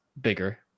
bigger